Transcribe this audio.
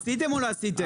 עשיתם או לא עשיתם?